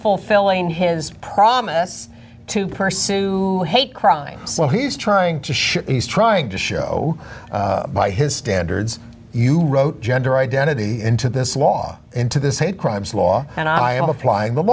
fulfilling his promise to pursue hate crimes so he's trying to show he's trying to show by his standards you wrote gender identity into this law into this hate crimes law and i am applying the